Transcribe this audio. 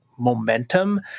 momentum